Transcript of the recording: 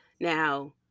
now